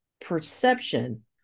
perception